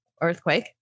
earthquake